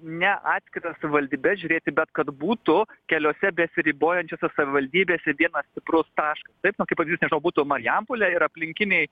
ne atskiras savivaldybes žiūrėti bet kad būtų keliose besiribojančiose savivaldybėse vienas stiprus taškas taip nu kaip pavyzdys nežinau būtų marijampolė ir aplinkiniai